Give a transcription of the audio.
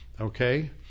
okay